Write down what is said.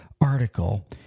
article